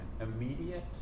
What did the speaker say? immediate